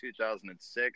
2006